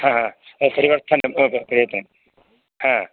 ह ह परिवर्तनम् अभवत् ह